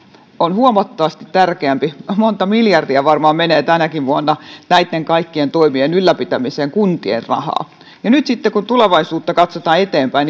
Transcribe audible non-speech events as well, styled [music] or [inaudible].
on huomattavasti tärkeämpi monta miljardia varmaan menee tänäkin vuonna näitten kaikkien toimien ylläpitämiseen kuntien rahaa ja nyt sitten kun tulevaisuutta katsotaan eteenpäin [unintelligible]